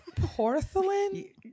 porcelain